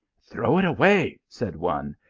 throw it away, said one,